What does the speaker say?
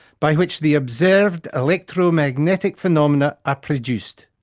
by which the observed electromagnetic phenomena are produced.